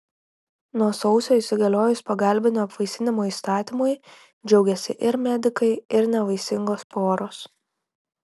nuo sausio įsigaliojus pagalbinio apvaisinimo įstatymui džiaugėsi ir medikai ir nevaisingos poros